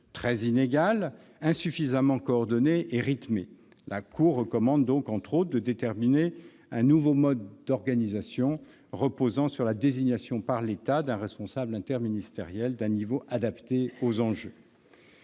très inégale, insuffisamment coordonnée et rythmée. La Cour recommande par conséquent, entre autres, de déterminer un nouveau mode d'organisation, basé sur la désignation par l'État d'un responsable interministériel d'un niveau adapté aux enjeux.